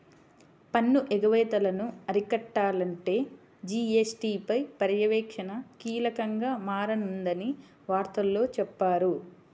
పన్ను ఎగవేతలను అరికట్టాలంటే జీ.ఎస్.టీ పై పర్యవేక్షణ కీలకంగా మారనుందని వార్తల్లో చెప్పారు